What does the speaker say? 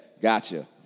Gotcha